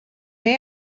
may